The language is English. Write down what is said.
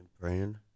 praying